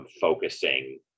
Focusing